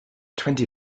twenty